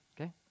Okay